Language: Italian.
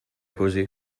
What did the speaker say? così